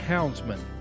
Houndsman